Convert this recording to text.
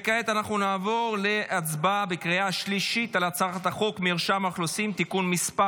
כעת נעבור להצבעה בקריאה שלישית על הצעת חוק מרשם האוכלוסין (תיקון מס'